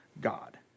God